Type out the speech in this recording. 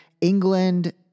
England